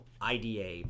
IDA